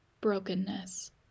brokenness